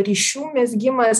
ryšių mezgimas